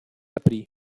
aprì